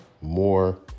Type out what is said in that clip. more